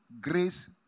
grace